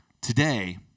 today